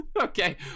Okay